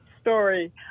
story